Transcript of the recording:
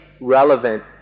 relevant